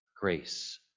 Grace